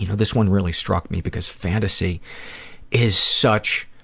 you know this one really struck me, because fantasy is such